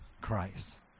Christ